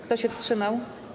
Kto się wstrzymał?